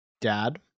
dad